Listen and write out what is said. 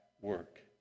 work